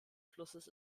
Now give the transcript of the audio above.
flusses